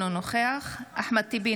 אינו נוכח אחמד טיבי,